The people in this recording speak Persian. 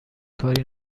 کاری